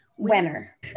Winner